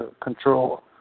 control